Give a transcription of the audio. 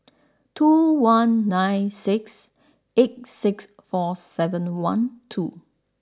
two one nine six eight six four seven one two